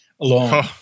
alone